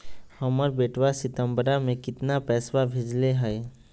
हमर बेटवा सितंबरा में कितना पैसवा भेजले हई?